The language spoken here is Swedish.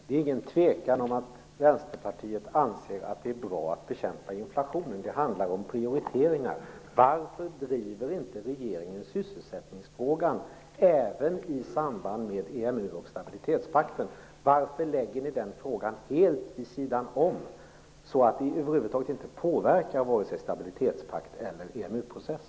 Fru talman! Det är ingen tvekan om att Vänsterpartiet anser att det är bra att bekämpa inflationen. Detta handlar om prioriteringar. Varför driver inte regeringen sysselsättningsfrågan även i samband med EMU och stabilitetspakten? Varför lägger regeringen den frågan helt vid sidan om, så att den inte över huvud taget påverkar vare sig stabilitetspakt eller EMU-process?